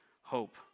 hope